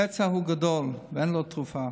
הפצע הוא גדול ואין לו תרופה.